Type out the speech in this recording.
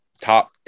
top